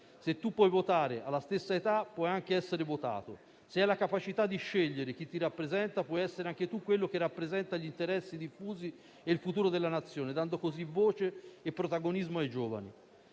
se puoi votare, alla stessa età puoi anche essere votato; se hai la capacità di scegliere chi ti rappresenta, puoi essere anche tu quello che rappresenta gli interessi diffusi e il futuro della nazione, dando così voce e protagonismo ai giovani.